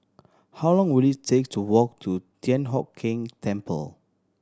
how long will it take to walk to Thian Hock Keng Temple